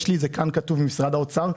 יש לי את זה כאן כתוב ממשרד החקלאות,